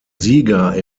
sieger